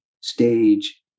stage